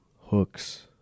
Hooks